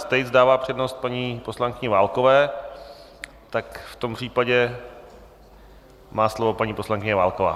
Tejc dává přednost paní poslankyni Válkové, v tom případě má slovo paní poslankyně Válková.